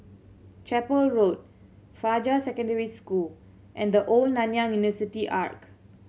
Chapel Road Fajar Secondary School and The Old Nanyang University